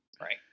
right